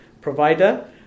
provider